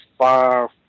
five